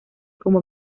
como